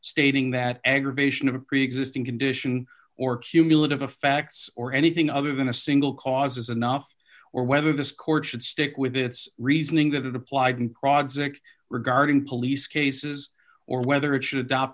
stating that aggravation of a preexisting condition or cumulative effects or anything other than a single cause is enough or whether this court should stick with its reasoning that it applied and project regarding police cases or whether it should adopt